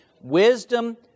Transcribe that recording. Wisdom